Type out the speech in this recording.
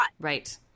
right